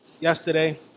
yesterday